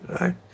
right